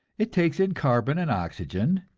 it takes in carbon and oxygen,